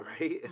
right